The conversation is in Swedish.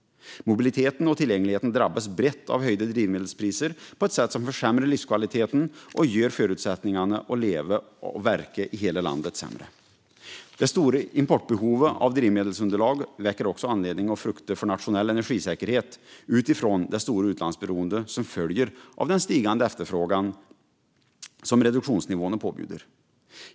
Mobiliteten och tillgängligheten drabbas brett av höjda drivmedelspriser på ett sätt som försämrar livskvaliteten och gör förutsättningarna att leva och verka i hela landet sämre. Det stora importbehovet av drivmedelsunderlag väcker också anledning att frukta för nationell energisäkerhet utifrån det stora utlandsberoende som följer av den stigande efterfrågan som reduktionsnivåerna påbjuder.